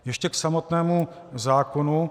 Ještě k samotnému zákonu.